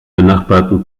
benachbarten